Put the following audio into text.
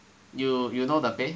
you you know the pay